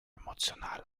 emotional